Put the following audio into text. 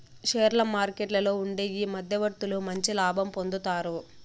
షేర్ల మార్కెట్లలో ఉండే ఈ మధ్యవర్తులు మంచి లాభం పొందుతారు